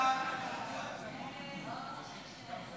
סעיף 1, כהצעת הוועדה, נתקבל.